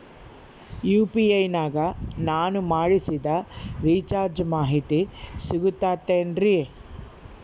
UPI ನಾಗ ನಾನು ಮಾಡಿಸಿದ ರಿಚಾರ್ಜ್ ಮಾಹಿತಿ ಸಿಗುತೈತೇನ್ರಿ?